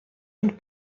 und